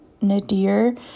Nadir